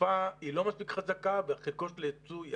התחלופה היא לא מספיק חזקה והיצוא ירד.